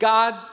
God